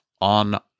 on